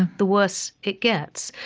the worse it gets.